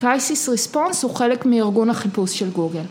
פייסיס ריספונס הוא חלק מאורגון החיפוש של גוגל.